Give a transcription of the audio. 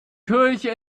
kirche